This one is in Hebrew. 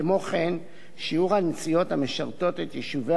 שיעור הנסיעות המשרתות את יישובי האוכלוסייה הערבית,